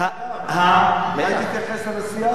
אולי תתייחס לנשיא אסד בעניין הזה.